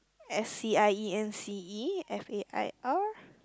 S_C_I_E_N_C_E F_A_I_R